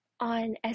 on